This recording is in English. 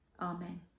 Amen